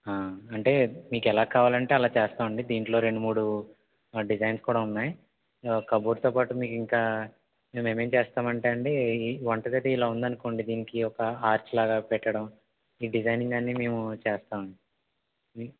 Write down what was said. అంటే మీకు ఎలా కావాలంటే అలా చేస్తామండి దీంట్లో రెండు మూడు డిజైన్స్ కూడా ఉన్నాయి కబోర్డ్స్తో పాటు మీకు ఇంకా మేం ఏమేం చేస్తామంటే అండీ ఈ వంటగది ఇలా ఉందనుకోండి దీనికి ఒక ఆర్చ్లాగా పెట్టడం ఈ డిజైనింగ్ అన్నీ మేము చేస్తాం